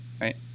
right